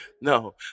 No